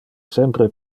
sempre